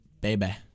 baby